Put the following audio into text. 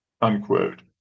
unquote